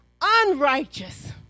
unrighteous